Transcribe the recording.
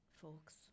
folks